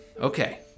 Okay